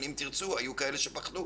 של "אם תרצו" והיו כאלו שפחדו.